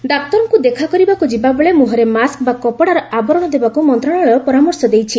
ଡାକ୍ତରଙ୍କୁ ଦେଖାକରିବାକୁ ଯିବାବେଳେ ମୁହଁରେ ମାସ୍କ ବା କପଡ଼ାର ଆବରଣ ଦେବାକୃ ମନ୍ତ୍ରଣାଳୟ ପରାମର୍ଶ ଦେଇଛି